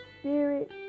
spirit